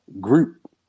group